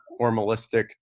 formalistic